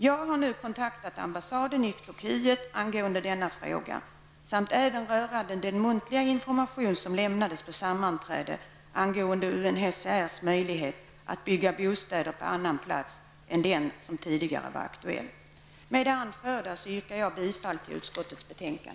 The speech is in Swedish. Jag har nu kontaktat ambassaden i Turkiet angående denna fråga samt även rörande den muntliga information som lämnades på sammanträdet om UNHCRs möjlighet att bygga bostäder på annan plats än den som tidigare var aktuell. Med det anförda yrkar jag bifall till utskottets hemställan.